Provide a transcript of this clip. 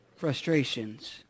frustrations